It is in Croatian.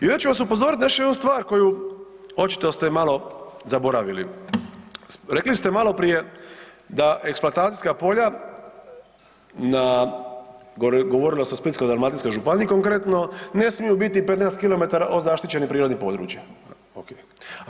I ja ću vas upozoriti na još jednu stvar koju očito ste malo zaboravili, rekli ste maloprije da eksploatacijska polja na govorilo se o Splitsko-dalmatinskoj županiji konkretno, ne smiju biti 15km od zaštićenih prirodnih područja, ok.